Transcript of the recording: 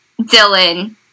Dylan